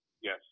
yes